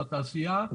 בתעשייה,